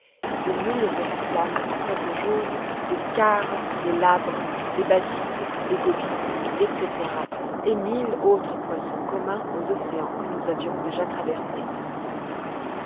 des mulles auriflammes à tête jaune des scares des labres des balistes des gobies etc et mille autres poissons communs aux océans que nous avions déjà traversés